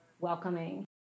welcoming